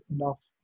enough